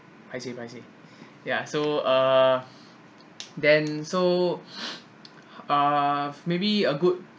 paiseh paiseh yeah so uh then so uh maybe a good